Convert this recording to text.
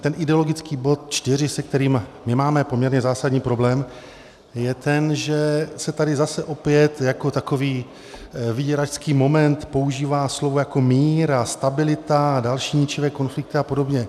Ten ideologický bod 4, se kterým my máme poměrně zásadní problém, je ten, že se tady zase opět jako takový vyděračský moment používá slovo jako mír a stabilita a další ničivé konflikty apod.